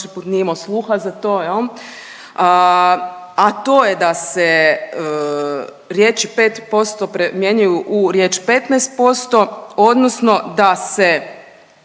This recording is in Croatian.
put nije imao sluha za to, a to je da se riječi 5% mijenjaju u riječ 15%, odnosno da se